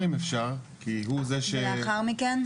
אם אפשר כי הוא זה ש- -- ולאחר מכן?